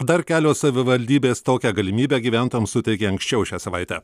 dar kelios savivaldybės tokią galimybę gyventojams suteikė anksčiau šią savaitę